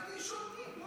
רק רציתי לשאול מי.